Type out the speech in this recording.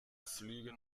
flüge